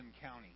County